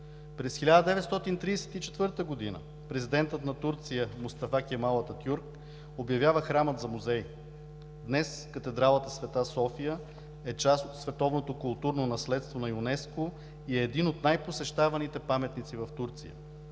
През 1934 г. президентът на Турция Мустафа Кемал Ататюрк обявява храма за музей. Днес катедралата „Света София“ е част от световното културно наследство на ЮНЕСКО и е един от най-посещаваните паметници в Турция.